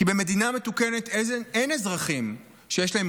כי במדינה מתוקנת אין אזרחים שיש להם